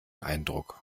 eindruck